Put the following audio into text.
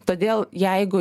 todėl jeigu